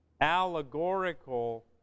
allegorical